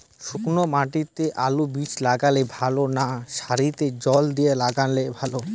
শুক্নো মাটিতে আলুবীজ লাগালে ভালো না সারিতে জল দিয়ে লাগালে ভালো?